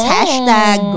Hashtag